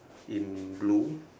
in blue